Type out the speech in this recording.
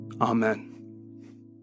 Amen